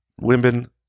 women